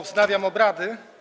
Wznawiam obrady.